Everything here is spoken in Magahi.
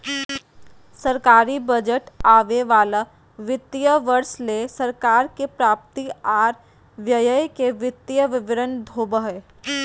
सरकारी बजट आवे वाला वित्तीय वर्ष ले सरकार के प्राप्ति आर व्यय के वित्तीय विवरण होबो हय